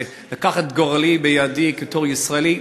לקחת את גורלי בידי בתור ישראלי,